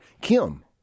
Kim